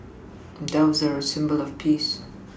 doves are a symbol of peace